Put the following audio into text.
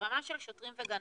ברמה של שוטרים וגנבים.